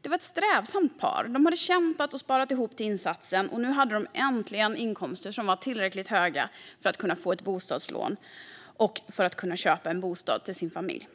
Det var ett strävsamt par; de hade kämpat och sparat ihop till insatsen, och nu hade de äntligen inkomster som var tillräckligt höga för att kunna få ett bostadslån och köpa en bostad till sin familj.